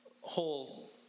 whole